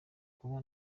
kuba